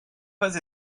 pas